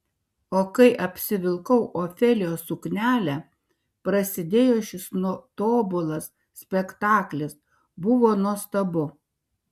o kai apsivilkau ofelijos suknelę prasidėjo šis tobulas spektaklis buvo nuostabu